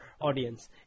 audience